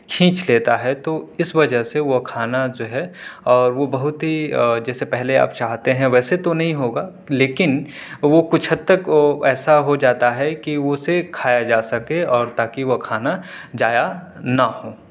کھینچ لیتا ہے تو اس وجہ سے وہ کھانا جو ہے اور وہ بہت ہی جیسے پہلے آپ چاہتے ہیں ویسے تو نہیں ہوگا لیکن وہ کچھ حد تک وہ ایسا ہو جاتا ہے کہ اسے کھایا جا سکے اور تاکہ وہ کھانا ضائع نہ ہو